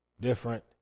different